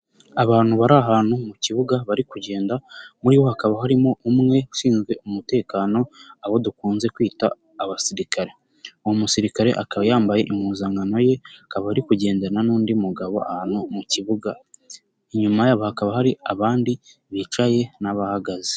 Abantu bari ahantu mu kibuga bari kugenda, muri bo hakaba harimo umwe ushinzwe umutekano abo dukunze kwita abasirikare. Uwo musirikare akaba yambaye impuzankano ye akaba ari kugendana n'undi mugabo ahantu mu kibuga inyuma yabo hakaba hari abandi bicaye n'abahagaze.